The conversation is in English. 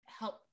help